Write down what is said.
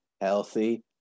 healthy